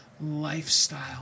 lifestyle